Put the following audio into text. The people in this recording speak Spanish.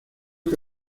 que